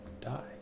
die